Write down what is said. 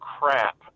crap